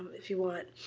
if you want.